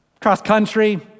cross-country